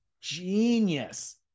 genius